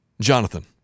Jonathan